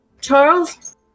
Charles